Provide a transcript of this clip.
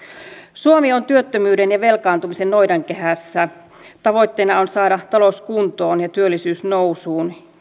suomi on työttömyyden ja velkaantumisen noidankehässä tavoitteena on saada talous kuntoon ja työllisyys nousuun